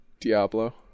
Diablo